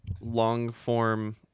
long-form